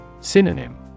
Synonym